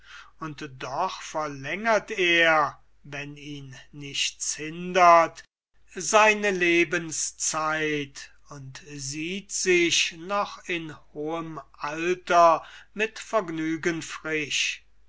und doch verlängert er wenn ihn nichts hindert seine lebenszeit und sieht sich noch in hohem alter mit vergnügen frisch